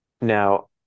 Now